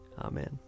Amen